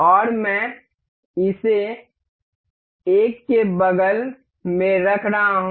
और मैं इसे एक के बगल में रख रहा हूं